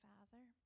Father